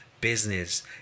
business